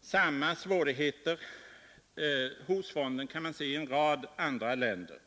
Samma svårigheter hos fonden kan man se i en rad andra länder.